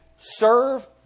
serve